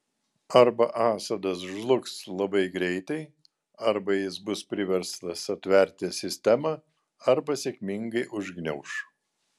arba assadas žlugs labai greitai arba jis bus priverstas atverti sistemą arba sėkmingai užgniauš